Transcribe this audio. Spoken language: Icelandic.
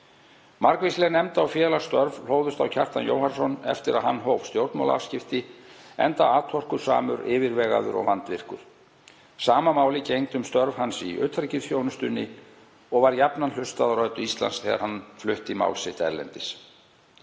Margvísleg nefnda- og félagsstörf hlóðust á Kjartan Jóhannsson eftir að hann hóf stjórnmálaafskipti enda atorkusamur, yfirvegaður og vandvirkur. Sama máli gegndi um störf hans í utanríkisþjónustunni og var jafnan hlustað á rödd Íslands þegar hann flutti mál sitt erlendis.